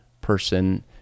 person